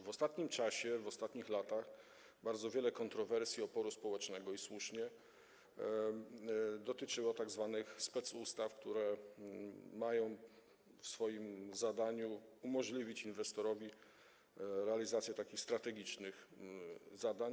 W ostatnim czasie, w ostatnich latach bardzo wiele kontrowersji, oporu społecznego - i słusznie - dotyczyło tzw. specustaw, które mają umożliwić inwestorowi realizację strategicznych zadań.